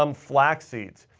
um flax seeds.